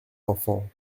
enfants